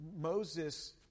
Moses